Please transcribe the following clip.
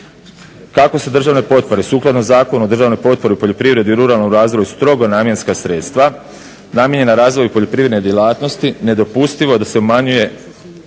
Kako se državne potpore sukladno Zakonu o državnoj potpori u poljoprivredi i ruralnom razvoju strogo namjenska sredstva namijenjena razvoju poljoprivredne djelatnosti nedopustivo je da se umanjuje